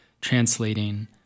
translating